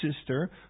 sister